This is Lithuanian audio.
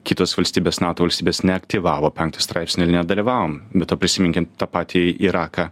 kitos valstybės nato valstybės neaktyvavo penkto straipsnio ir nedalyvavom be to prisiminkim tą patį iraką